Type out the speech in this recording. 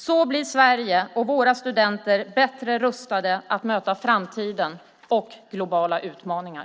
Så blir Sverige och våra studenter bättre rustade att möta framtiden och globala utmaningar!